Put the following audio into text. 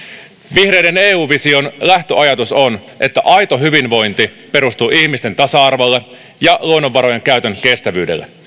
vihreiden eu vision lähtöajatus on että aito hyvinvointi perustuu ihmisten tasa arvolle ja luonnonvarojen käytön kestävyydelle